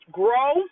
grow